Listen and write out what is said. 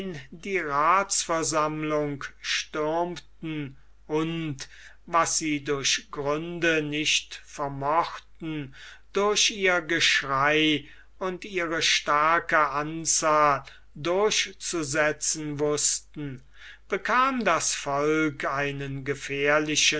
die rathsversammlung stürmten und was sie durch gründe nicht vermochten durch ihr geschrei und ihre starke anzahl durchzusetzen wußten bekam das volk einen gefährlichen